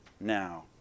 now